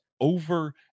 over